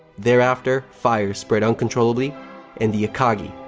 thereafter, fire spread uncontrollably and the akagi,